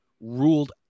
ruled